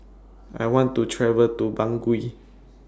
I want to travel to Bangui